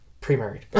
pre-married